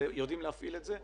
יודעים להפעיל את זה,